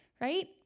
right